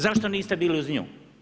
Zašto niste bili uz nju?